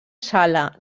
sala